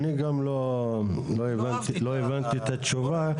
אני גם לא הבנתי את התשובה.